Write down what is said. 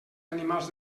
animals